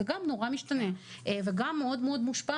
זה נורא משתנה וגם מאוד מאוד מושפע